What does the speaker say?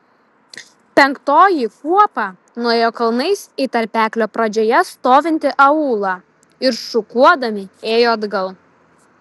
penktoji kuopa nuėjo kalnais į tarpeklio pradžioje stovintį aūlą ir šukuodami ėjo atgal